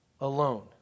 alone